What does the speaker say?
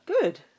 Good